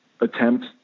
attempt